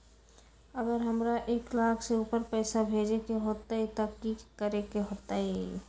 अगर हमरा एक लाख से ऊपर पैसा भेजे के होतई त की करेके होतय?